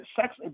sex